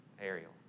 Ariel